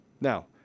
Now